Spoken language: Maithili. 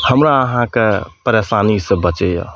हमरा अहाँके परेशानी से बचैया